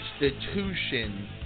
institution